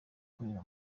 akorera